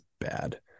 bad